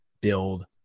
build